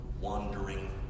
wandering